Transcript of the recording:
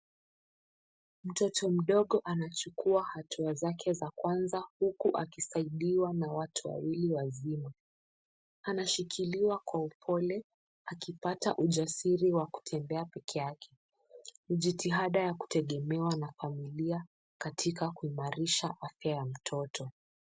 Mtoto mdogo anachukua hatua zake za kwanza huku akisaidiwa na watu wawili wazima. Anashikiliwa kwa upole akipata ujasiri wa kutembea pekeyake. Jitihada ya kutegemewa na familia katika kuimarisha afya ya mtoto.